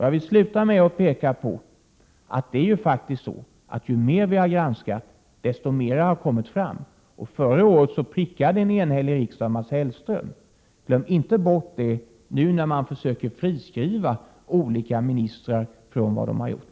Jag vill peka på att det faktiskt är så att ju mer vi har granskat, desto mer har kommit fram. Förra året prickade en enhällig riksdag Mats Hellström. Glöm inte bort det nu när ni försöker friskriva olika ministrar från vad de har gjort.